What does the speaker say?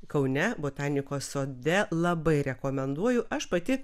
kaune botanikos sode labai rekomenduoju aš pati